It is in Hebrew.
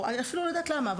ואני אפילו לא יודעת למה,